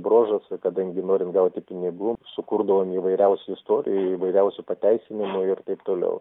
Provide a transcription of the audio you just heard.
bruožas ir kadangi norim gauti pinigų sukurdavom įvairiausių istorijų įvairiausių pateisinimų ir taip toliau